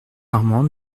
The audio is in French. armand